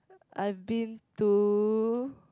I've been to